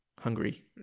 hungry